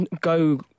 go